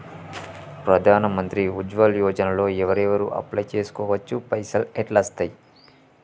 ప్రధాన మంత్రి ఉజ్వల్ యోజన లో ఎవరెవరు అప్లయ్ చేస్కోవచ్చు? పైసల్ ఎట్లస్తయి?